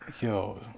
yo